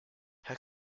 how